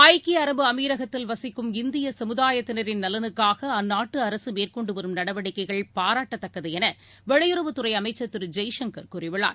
ஐக்கிய அரபு அமிரகத்தில் வசிக்கும் இந்திய சமுதாயத்தினரின் நலனுக்காக அந்நாட்டு அரசு மேற்கொண்டு வரும் நடவடிக்கைகள் பாராட்டத்தக்கது என வெளியுறவுத் துறை அமைச்சர் திரு ஜெய்சங்கர் கூறியுள்ளார்